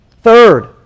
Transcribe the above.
Third